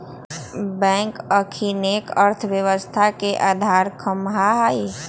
bank अखनिके अर्थव्यवस्था के अधार ख़म्हा हइ